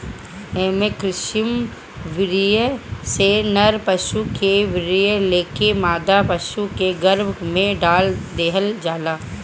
एमे कृत्रिम वीर्य से नर पशु के वीर्य लेके मादा पशु के गर्भ में डाल देहल जाला